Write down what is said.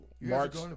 March